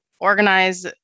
organize